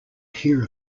hear